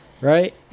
right